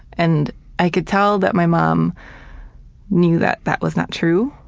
and i could tell that my mom knew that that was not true,